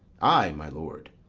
ay, my lord.